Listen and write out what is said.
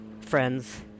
friends